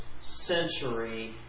century